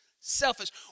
Selfish